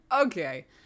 Okay